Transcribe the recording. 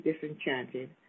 disenchanted